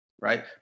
right